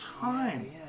time